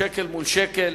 שקל מול שקל.